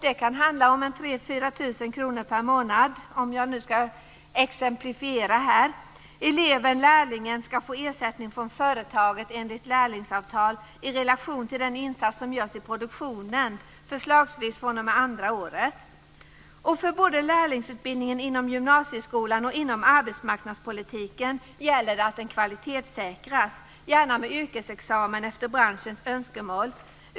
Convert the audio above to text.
Det kan handla om 3 000-4 000 kr per månad, om jag nu ska exemplifiera här. Eleven eller lärlingen ska få ersättning från företaget enligt lärlingsavtal i relation till den insats som görs i produktionen, förslagsvis fr.o.m. andra året. För både lärlingsutbildningen inom gymnasieskolan och inom arbetsmarknadspolitiken gäller att den kvalitetssäkras, gärna med yrkesexamen efter branschens önskemål.